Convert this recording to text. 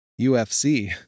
UFC